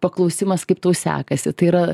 paklausimas kaip tau sekasi tai yra